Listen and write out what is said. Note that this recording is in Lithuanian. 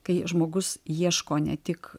kai žmogus ieško ne tik